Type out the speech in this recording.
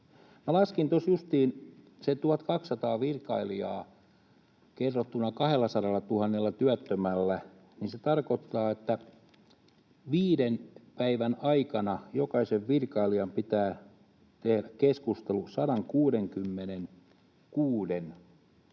laskin tuossa justiinsa sen 1 200 virkailijaa kerrottuna 200 000 työttömällä, niin se tarkoittaa, että viiden päivän aikana jokaisen virkailijan pitää tehdä keskustelu 166 työttömän